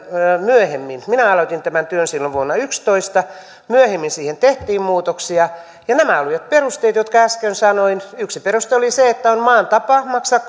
myöhemmin minä aloitin tämän työn silloin vuonna yksitoista siihen tehtiin muutoksia ja perusteet olivat nämä jotka äsken sanoin yksi peruste oli se että on maan tapa maksaa